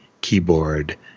keyboard